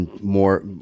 More